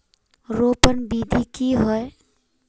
रोपण विधि की होय?